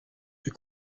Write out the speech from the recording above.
fut